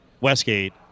Westgate